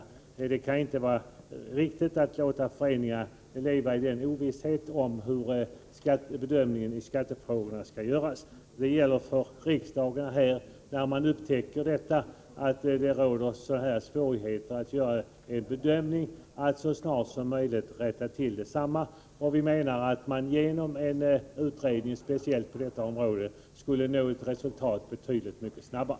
Det kan inte vara riktigt att låta föreningar leva i ovisshet om hur bedömningen i skattefrågorna skall göras. När man upptäcker att det finns svårigheter, då gäller det för riksdagen att rätta till dessa så snart som möjligt. Vi menar att man genom en utredning speciellt på detta område skulle nå ett resultat betydligt mycket snabbare.